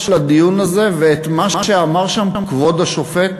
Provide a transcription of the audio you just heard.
הדיון הזה ואת מה שאמר שם כבוד השופט,